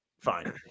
Fine